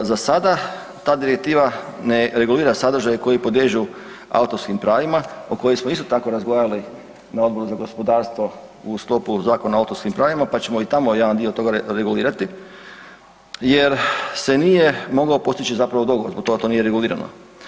Za sada ta direktiva ne regulira sadržaje koji podliježu autorskim pravima o kojim smo isto tako razgovarali na Odboru za gospodarstvo u sklopu Zakona o autorskim pravima pa ćemo i tamo jedan dio toga regulirati jer se nije moglo postići zapravo dogovor oko toga, to nije regulirano.